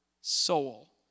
soul